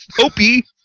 Opie